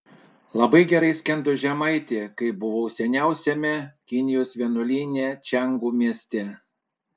labai gerai skendo žemaitė kai buvau seniausiame kinijos vienuolyne čiangu mieste